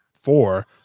four